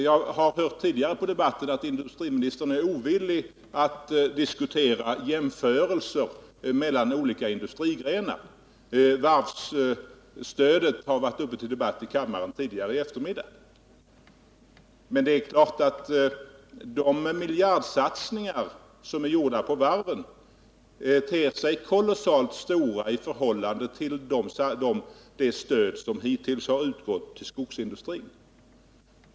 Jag har tidigare under debatten hört att industriministern är ovillig att diskutera jämförelser mellan olika industrigrenar. Varvsstödet har tidigare i eftermiddag varit uppe till debatt i kammaren, men det är klart att de miljardsatsningar som gjorts på varven ter sig kolossalt stora i förhållande till det stöd som hittills har utgått till skogsindustrin.